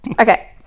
Okay